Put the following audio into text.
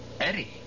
Eddie